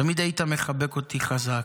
תמיד היית מחבק אותי חזק,